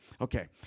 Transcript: Okay